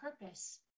purpose